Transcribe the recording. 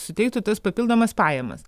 suteiktų tas papildomas pajamas